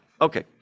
Okay